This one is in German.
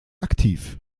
aktiv